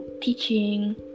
teaching